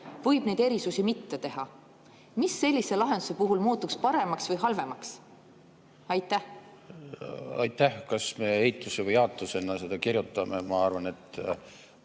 võib neid erisusi mitte teha. Mis sellise lahenduse puhul muutuks paremaks või halvemaks? Aitäh! Kas me eituse või jaatusena seda kirjutaksime, ma arvan, et